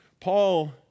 Paul